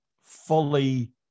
fully